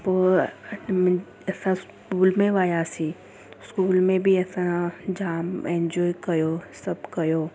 पोइ असां स्कूल में वियासीं स्कूल में बि असां जाम एन्जॉय कयो सभु कयो